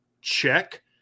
Check